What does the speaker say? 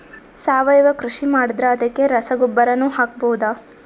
ಸಾವಯವ ಕೃಷಿ ಮಾಡದ್ರ ಅದಕ್ಕೆ ರಸಗೊಬ್ಬರನು ಹಾಕಬಹುದಾ?